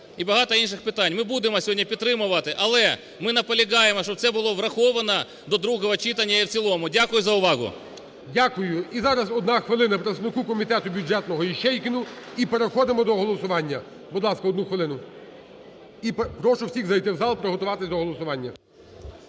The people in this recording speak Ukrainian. І багато інших питань. Ми будемо сьогодні підтримувати, але ми наполягаємо, щоб це було враховано до другого читання і в цілому. Дякую за увагу. ГОЛОВУЮЧИЙ. Дякую. І зараз одна хвилина представнику комітету бюджетного Іщейкину і переходимо до голосування. Будь ласка, одну хвилину. І прошу всіх зайти в зал, приготуватись до голосування.